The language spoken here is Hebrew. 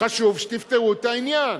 חשוב שתפתרו את העניין.